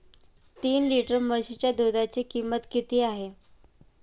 तीन लिटर म्हशीच्या दुधाची किंमत किती आहे?